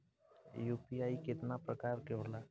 UPI केतना प्रकार के होला?